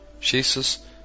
Jesus